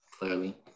Clearly